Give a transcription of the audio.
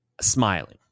smiling